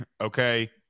okay